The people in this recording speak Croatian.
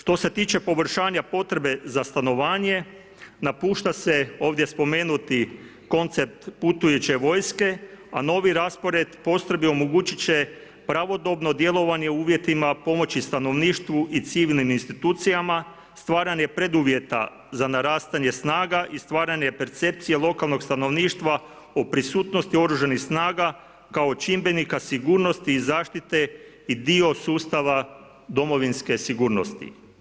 Što se tiče poboljšanja potrebe za stanovanje, napušta se ovdje spomenuti koncept putujuće vojske, a novi raspored postrojbi omogućiti će pravodobno djelovanje u uvjetima pomoći stanovništvu i civilnim institucijama, stvaranje preduvjeta za narastanje snage i stvaranje percepcije lokalnog stanovništva o prisutnosti OS kao čimbenika sigurnosti i zaštite i dio sustava domovinske sigurnosti.